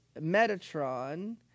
Metatron